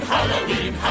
Halloween